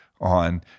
on